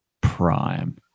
prime